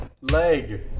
leg